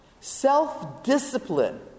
Self-discipline